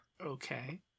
Okay